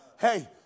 hey